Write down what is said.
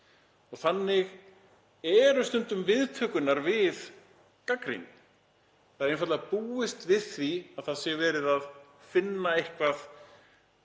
Þannig eru stundum viðtökurnar við gagnrýni. Það er einfaldlega búist við því að það sé verið að finna að